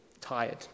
tired